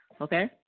okay